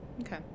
Okay